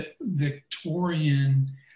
Victorian